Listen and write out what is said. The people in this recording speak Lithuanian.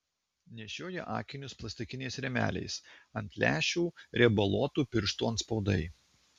nešioja akinius plastikiniais rėmeliais ant lęšių riebaluotų pirštų atspaudai